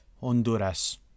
honduras